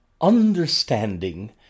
understanding